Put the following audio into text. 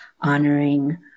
honoring